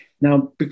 Now